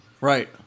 Right